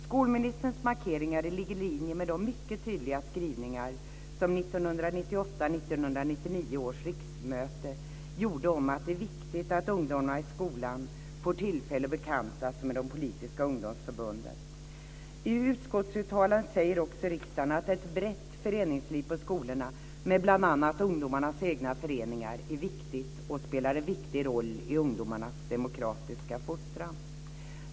Skolministerns markeringar ligger i linje med de mycket tydliga skrivningar som 1998/99 års riksmöte gjorde om att det är viktigt att ungdomar i skolan får tillfälle att bekanta sig med de politiska ungdomsförbunden. I utskottsuttalandet säger riksdagen också att ett brett föreningsliv på skolorna med bl.a. ungdomarnas egna föreningar är viktigt och spelar en viktig roll i ungdomarnas demokratiska fostran.